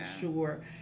sure